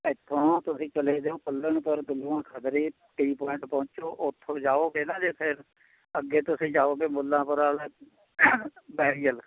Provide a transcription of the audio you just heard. ਇੱਥੋਂ ਤੁਸੀਂ ਚਲੇ ਜਾਓ ਖਦਰੀ ਟੀ ਪੁਆਇੰਟ ਪਹੁੰਚੋ ਉੱਥੋਂ ਜਾਓ ਪਹਿਲਾਂ ਜਿੱਥੇ ਅੱਗੇ ਤੁਸੀਂ ਜਾਓਗੇ ਮੁੱਲਾਂਪੁਰ ਵਾਲਾ ਬੈਰੀਅਲ